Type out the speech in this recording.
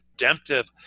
redemptive